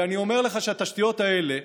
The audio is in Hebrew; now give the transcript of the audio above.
אני אומר לך שהתשתיות האלה,